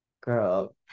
Girl